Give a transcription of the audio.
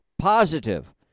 positive